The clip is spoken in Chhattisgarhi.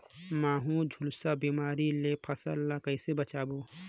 महू, झुलसा बिमारी ले फसल ल कइसे बचाबो?